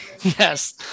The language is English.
Yes